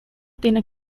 tiene